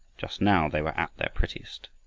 just now they were at their prettiest.